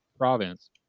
province